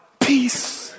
peace